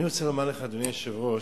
אני רוצה לומר לך, אדוני היושב-ראש,